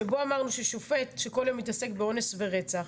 שבו אמרנו ששופט שכל היום מתעסק באונס ורצח,